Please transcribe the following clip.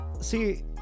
see